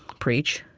preach,